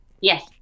Yes